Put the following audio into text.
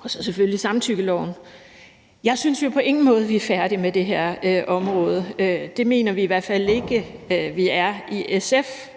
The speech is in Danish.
og selvfølgelig også samtykkeloven. Jeg synes på ingen måde, at vi er færdige med det her område. Det mener vi i SF i hvert fald ikke vi er, og